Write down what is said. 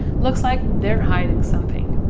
looks like they're hiding something.